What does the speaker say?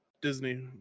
disney